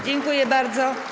Dziękuję bardzo.